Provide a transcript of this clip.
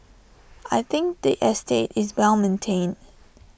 I think the estate is well maintained